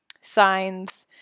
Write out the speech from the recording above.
signs